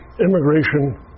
immigration